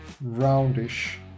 roundish